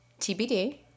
TBD